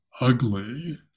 ugly